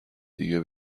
دیگه